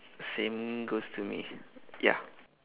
same goes to me ya